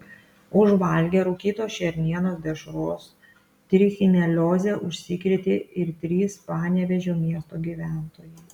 užvalgę rūkytos šernienos dešros trichinelioze užsikrėtė ir trys panevėžio miesto gyventojai